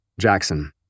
Jackson